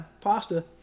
pasta